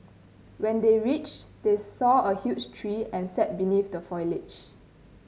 when they reached they saw a huge tree and sat beneath the foliage